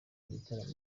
gitaramo